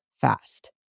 fast